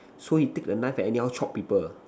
so he take a knife and anyhow chop people